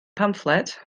pamffled